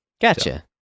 gotcha